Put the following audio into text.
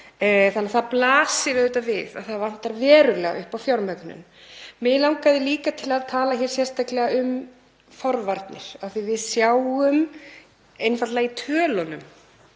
þess. Það blasir við að það vantar verulega upp á fjármögnun. Mig langaði líka til að tala sérstaklega um forvarnir af því að við sjáum einfaldlega í tölunum